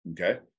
Okay